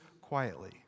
quietly